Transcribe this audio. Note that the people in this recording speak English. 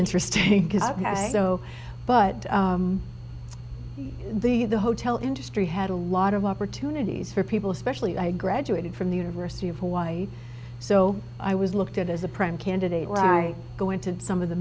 interesting because so but the you the hotel industry had a lot of opportunities for people especially i graduated from the university of hawaii so i was looked at as a prime candidate when i go into some of the